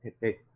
hey